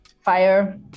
fire